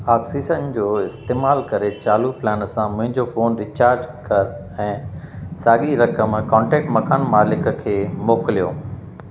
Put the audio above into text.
oxygen जो इस्तेमाल करे चालू प्लान सां मुंहिंजो फ़ोन रिचार्ज कर ऐं साॻेई रक़म कॉन्टेक्ट मकान मालिक खे मोकिलियो